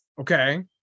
Okay